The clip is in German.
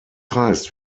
heißt